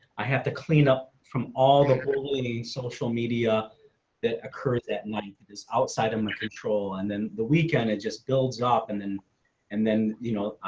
i have to clean up from all the social media that occur that and like that is outside of my control and then the weekend, it just builds up and then and then, you know,